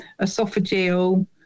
esophageal